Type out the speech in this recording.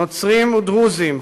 נוצרים ודרוזים,